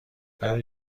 برای